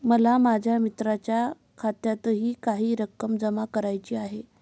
मला माझ्या मित्राच्या खात्यातही काही रक्कम जमा करायची आहे